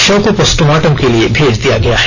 शव को पोस्टमार्टम के लिये भेज दिया है